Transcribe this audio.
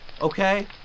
okay